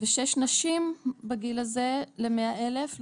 ו-6 נשים בגיל הזה ל-100 אלף,